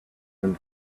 them